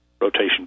rotation